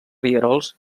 rierols